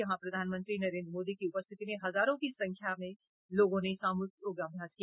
जहां प्रधानमंत्री नरेन्द्र मोदी की उपस्थिति में हजारों की संख्या में लोगों ने सामूहिक योगाभ्यास किया